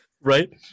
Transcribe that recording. Right